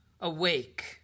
awake